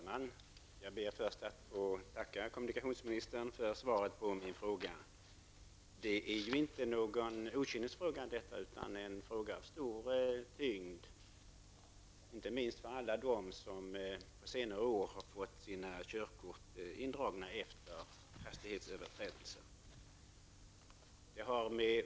Fru talman! Jag ber att få tacka kommunikationsministern för svaret på min fråga. Detta är ju ingen okynnesfråga utan en fråga av stor tyngd, inte minst för alla dem som under senare år har fått sina körkort indragna efter hastighetsöverträdelser.